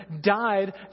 died